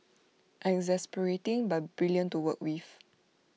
exasperating but brilliant to work with